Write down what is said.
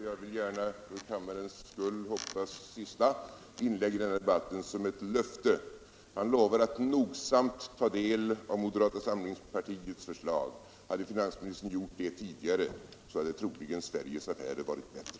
Herr talman! Jag tar finansministerns senaste, och jag vill gärna för kammarens skull hoppas sista, inlägg i den här debatten som ett löfte. Han lovade att nogsamt ta del av moderata samlingspartiets förslag. Hade finansministern gjort det tidigare hade troligen Sveriges affärer varit bättre.